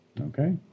Okay